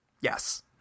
Yes